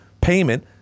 payment